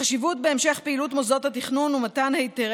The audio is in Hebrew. החשיבות בהמשך פעילות מוסדות התכנון ומתן היתרי